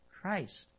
Christ